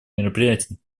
мероприятий